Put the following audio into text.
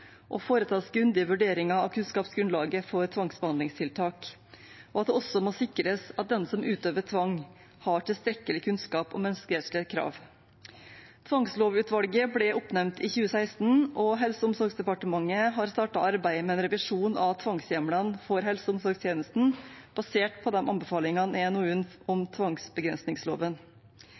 foretas grundige vurderinger av kunnskapsgrunnlaget for tvangsbehandlingstiltak, og det må sikres at den som utøver tvang, har tilstrekkelig kunnskap om menneskerettslige krav. Tvangslovutvalget ble oppnevnt i 2016, og Helse- og omsorgsdepartementet har startet arbeidet med en revisjon av tvangshjemlene for helse- og omsorgstjenesten basert på anbefalingene i NOU-en om tvangsbegrensningsloven.